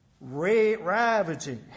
ravaging